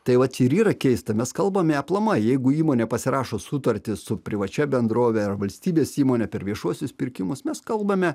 tai vat ir yra keista mes kalbame aplamai jeigu įmonė pasirašo sutartį su privačia bendrove ar valstybės įmone per viešuosius pirkimus mes kalbame